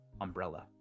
umbrella